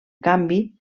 canvi